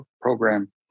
program